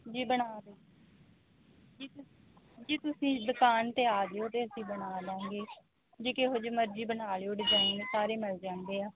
ਕੀ ਬਣਾ ਜੀ ਤੁਸੀਂ ਦੁਕਾਨ 'ਤੇ ਆ ਜਿਓ ਤਾਂ ਅਸੀਂ ਬਣਾ ਦਵਾਂਗੇ ਜੀ ਕਿਹੋ ਜਿਹੇ ਮਰਜ਼ੀ ਬਣਾ ਲਿਓ ਡਿਜਾਈਨ ਸਾਰੇ ਮਿਲ ਜਾਂਦੇ ਆ